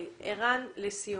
לסיום.